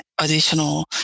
additional